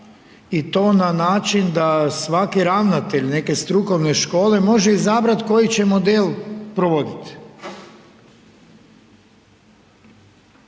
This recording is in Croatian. i to na način da svaki ravnatelj neke strukovne škole može izabrati koji će model provoditi.